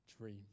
dream